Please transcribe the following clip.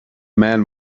man